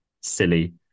silly